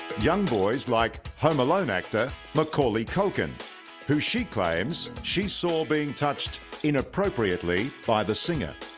young boys like home alone actor macaulay culkin who she claims she saw being touched inappropriately by the singer